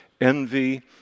envy